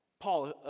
Paul